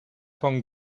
von